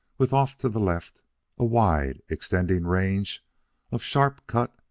with off to the left a wide-extending range of sharp-cut,